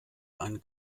einen